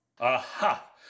Aha